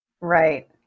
right